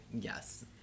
yes